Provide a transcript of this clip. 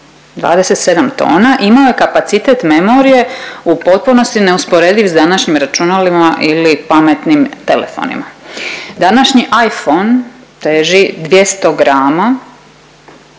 27 tona, imao je kapacitet memorije u potpunosti neusporediv s današnjim računalima ili pametnim telefonima. Današnji iPhone teži 200 grama